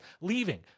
leaving